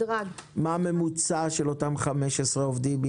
מה ממוצע השכר של אותם 15 עובדים?